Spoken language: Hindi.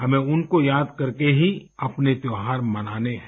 हमें उनको याद करके ही अपने त्योहार मनाने हैं